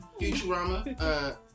Futurama